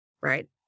right